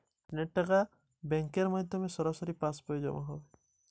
ঋণের টাকা কি সরাসরি আমার পাসবইতে জমা হবে?